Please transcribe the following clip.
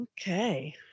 Okay